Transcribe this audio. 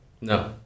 No